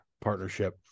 partnership